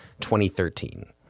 2013